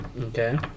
Okay